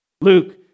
Luke